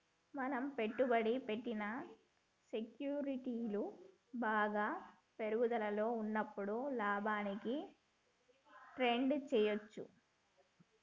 మనం పెట్టుబడి పెట్టిన సెక్యూరిటీలు బాగా పెరుగుదలలో ఉన్నప్పుడు లాభానికి ట్రేడ్ చేయ్యచ్చు